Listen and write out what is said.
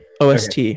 OST